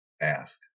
ask